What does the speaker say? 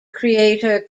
creator